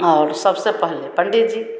और सबसे पहले पंडित जी